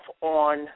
on